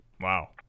Wow